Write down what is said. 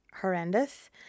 horrendous